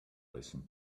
listen